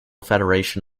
federation